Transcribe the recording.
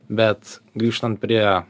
bet grįžtant prie